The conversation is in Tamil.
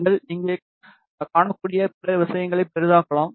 நீங்கள் இங்கே காணக்கூடிய பிற விஷயங்களை பெரிதாக்கலாம்